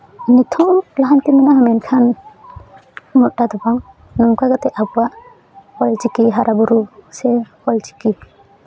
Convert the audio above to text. ᱱᱤᱛᱦᱚᱸ ᱞᱟᱦᱟᱱᱛᱤ ᱢᱮᱱᱟᱜᱼᱟ ᱢᱮᱱᱠᱷᱟᱱ ᱩᱱᱟᱹᱜ ᱴᱟ ᱫᱚ ᱵᱟᱝ ᱚᱱᱠᱟ ᱠᱟᱛᱮ ᱟᱵᱚᱣᱟᱜ ᱚᱞ ᱪᱤᱠᱤ ᱦᱟᱨᱟᱼᱵᱩᱨᱩ ᱥᱮ ᱚᱞ ᱪᱤᱠᱤ